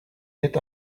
yet